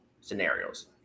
scenarios